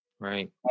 right